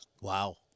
Wow